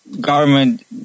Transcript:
government